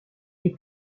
est